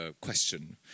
question